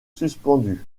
suspendus